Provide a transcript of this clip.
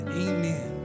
amen